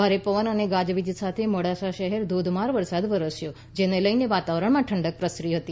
ભારે પવન અને ગાજવીજ સાથે મોડાસા શહેરમાં ધોધમાર વરસાદ વરસ્યો હતો જેને લઇને વાતાવરણમાં ઠંડક પ્રસરી હતી